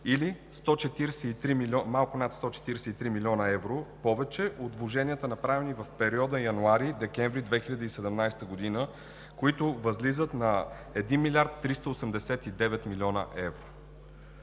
или малко над 143 млн. евро повече от вложенията, направени в периода януари-декември 2017 г., които възлизат на 1 млрд. 389 млн. евро.